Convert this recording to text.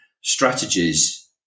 strategies